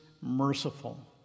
merciful